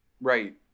right